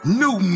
new